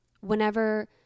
Whenever